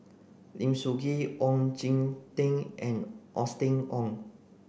Lim Soo Ngee Ong Jin Teong and Austen Ong